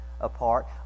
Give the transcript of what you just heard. apart